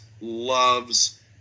loves